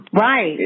Right